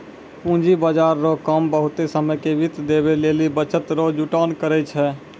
पूंजी बाजार रो काम बहुते समय के वित्त देवै लेली बचत रो जुटान करै छै